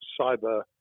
cyber